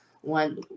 one